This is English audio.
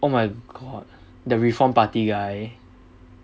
oh my god the reform part guy